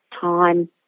time